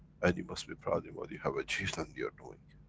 and you must be proud in what you have achieved and you are doing.